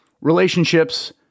relationships